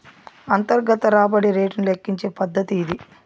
అంతర్గత రాబడి రేటును లెక్కించే పద్దతి ఇది